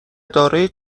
دارای